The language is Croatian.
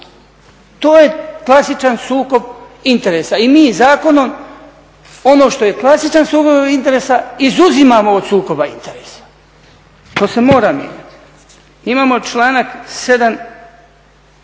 to je klasičan sukob interesa i mi zakonom ono što je klasičan sukob interesa izuzimamo od sukoba interesa. To se mora mijenjati. Imamo članak 7.